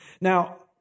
Now